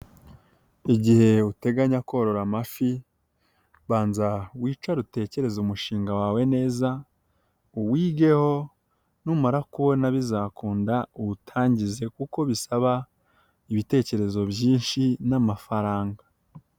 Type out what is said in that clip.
Igihe uteganya korora amafi banza wicare utekereze umushinga wawe neza, uwigeho numara kubona bizakunda uwutangize kuko bisaba ibitekerezo byinshi n'amafaranga.